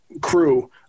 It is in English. crew